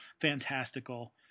fantastical